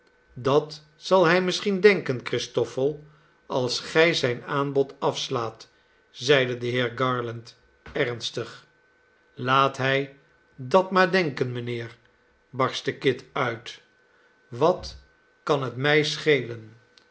dat zal hij misschien denken christoffel als gij zijn aanbod afslaat zeide de heer garland ernstig laat hij dat maar denken mijnheer barstte kit uit wat kan het mij schelen